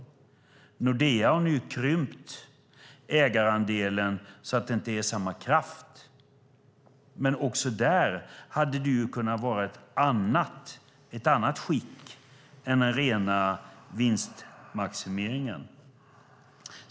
I Nordea har ni krympt ägarandelen så att det inte är samma kraft, men också där hade det kunnat vara ett annat skick än den rena vinstmaximeringen.